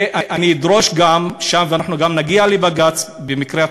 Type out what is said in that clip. ואני אדרוש גם, ואנחנו גם נגיע לבג"ץ במקרה הצורך,